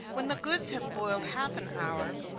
when the goods have boiled half an hour,